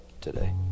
today